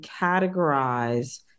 categorize